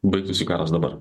baigtųsi karas dabar